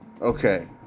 Okay